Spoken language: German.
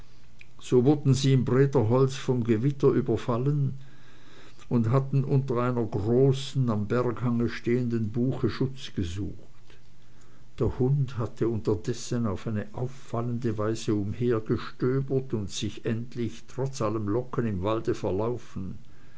so waren sie im brederholz vom gewitter überfallen worden und hatten unter einer großen am berghange stehenden buche schutz gesucht der hund hatte unterdessen auf eine auffallende weise umhergestöbert und sich endlich trotz allem locken im walde verlaufen